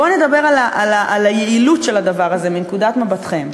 בואו נדבר על היעילות של הדבר הזה מנקודת מבטכם.